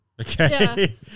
Okay